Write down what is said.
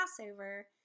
Passover